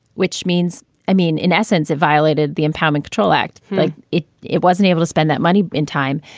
which means i mean, in essence, it violated the empowerment control act like it. it wasn't able to spend that money in time.